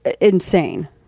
insane